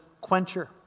quencher